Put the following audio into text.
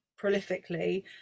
prolifically